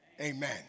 Amen